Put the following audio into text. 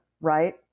right